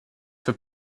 for